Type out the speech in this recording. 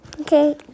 Okay